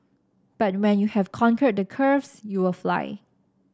but when you have conquered the curves you will fly